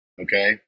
okay